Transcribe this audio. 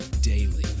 daily